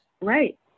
right